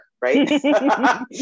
right